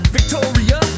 Victoria